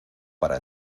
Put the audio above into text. para